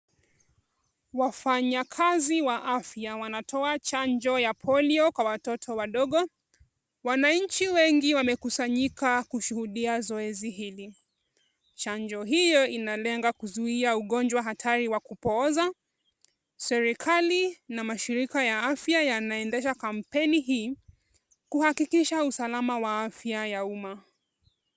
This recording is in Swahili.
Wafanyakazi wa afya wanatoa chanjo ya polio kwa watoto wadogo. Wananchi wengi wamekusanyika kushuhudia zoezi hili. Chanjo hiyo inalenga kuzuia ugonjwa hatari wa kupooza. Serikali na mashirika ya afya yanaendesha kampeni hii kuhakikisha usalama wa afya ya umma.